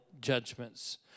judgments